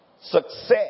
Success